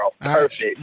Perfect